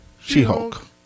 She-Hulk